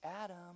Adam